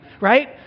Right